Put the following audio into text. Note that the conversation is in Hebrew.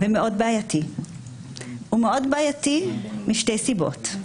הוא מאוד בעייתי משתי סיבות: